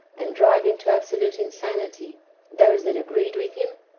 and drive into absolute insanity those that agreed with him,